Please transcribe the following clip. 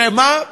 ומה?